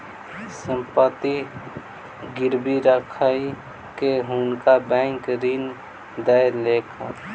संपत्ति गिरवी राइख के हुनका बैंक ऋण दय देलक